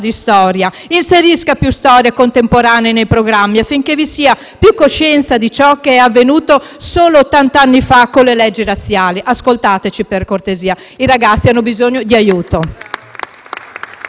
di storia, inserisca più storia contemporanea nei programmi perché vi sia più coscienza di ciò che è avvenuto solo ottanta anni fa con le leggi razziali. Ascoltateci, per cortesia! I ragazzi hanno bisogno di aiuto.